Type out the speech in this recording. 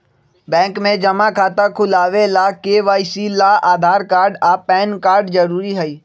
bank में जमा खाता खुलावे ला के.वाइ.सी ला आधार कार्ड आ पैन कार्ड जरूरी हई